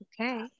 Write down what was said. Okay